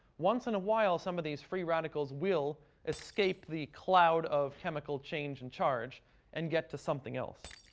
once in a while, some of these free radicals will escape the cloud of chemical change and charge and get to something else.